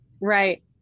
Right